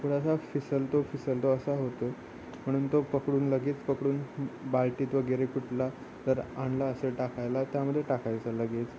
थोडासा फिसलतो फिसलतो असा होतो म्हणून तो पकडून लगेच पकडून बादलीत वगैरे कुठला जर आणला असेल टाकायला त्यामध्ये टाकायचं लगेच